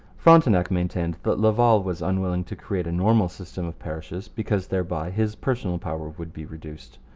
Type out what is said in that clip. frontenac maintained that laval was unwilling to create a normal system of parishes because thereby his personal power would be reduced.